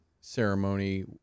ceremony